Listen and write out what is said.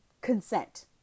consent